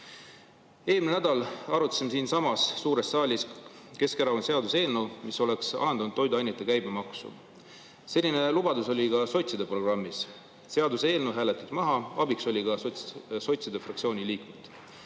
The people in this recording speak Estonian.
Eelmine nädal arutasime siinsamas suures saalis Keskerakonna seaduseelnõu, mis oleks alandanud toiduainete käibemaksu. Selline lubadus oli ka sotside programmis. Seaduseelnõu hääletati maha, abiks olid ka sotside fraktsiooni liikmed.